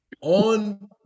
on